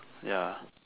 ya